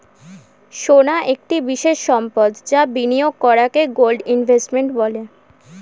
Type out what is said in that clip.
সোনা একটি বিশেষ সম্পদ যা বিনিয়োগ করাকে গোল্ড ইনভেস্টমেন্ট বলে